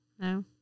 No